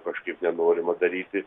kažkaip nenorima daryti